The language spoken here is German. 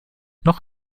noch